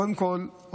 קודם כול,